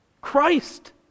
Christ